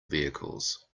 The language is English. vehicles